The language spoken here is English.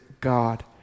God